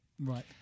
Right